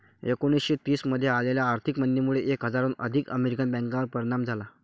एकोणीसशे तीस मध्ये आलेल्या आर्थिक मंदीमुळे एक हजाराहून अधिक अमेरिकन बँकांवर परिणाम झाला